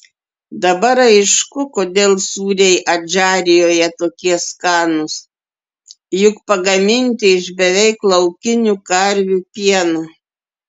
dabar aišku kodėl sūriai adžarijoje tokie skanūs juk pagaminti iš beveik laukinių karvių pieno